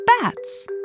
bats